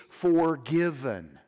forgiven